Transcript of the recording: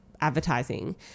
advertising